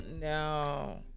no